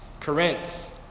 Corinth